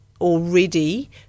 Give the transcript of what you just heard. already